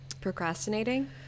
Procrastinating